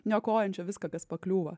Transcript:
niokojančią viską kas pakliūva